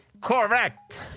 Correct